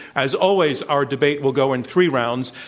as always, our debate will go in three rounds,